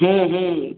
हम्म हम्म